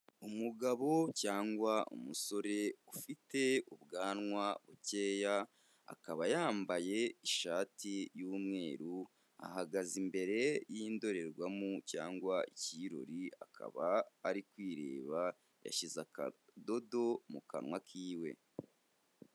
Umugabo cyangwa umusore ufite ubwanwa bukeya akaba yambaye ishati y'umweru ahagaze imbere y'indorerwamo cyangwa ikirori akaba ari kwireba yashyize akadodo mu kanwa kiwe.